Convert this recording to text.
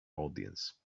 audience